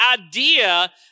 idea